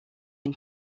une